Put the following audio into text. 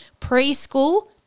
preschool